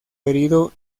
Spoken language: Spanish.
herido